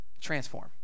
transform